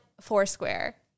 Foursquare